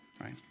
Right